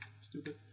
stupid